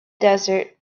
desert